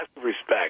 respect